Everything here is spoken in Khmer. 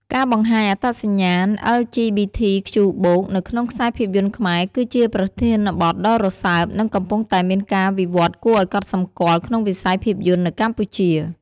ការបង្ហាញ អត្តសញ្ញាណ អិល ជី ប៊ី ធី ខ្ជូ បូក (LGBTQ+) នៅក្នុងខ្សែភាពយន្តខ្មែរគឺជាប្រធានបទដ៏រសើប និងកំពុងតែមានការវិវត្តន៍គួរឲ្យកត់សម្គាល់ក្នុងវិស័យភាពយន្ដនៅកម្ពុជា។